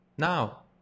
Now